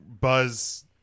buzz